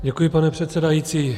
Děkuji, pane předsedající.